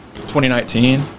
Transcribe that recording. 2019